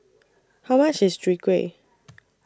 How much IS Chwee Kueh